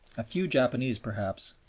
a few japanese perhaps,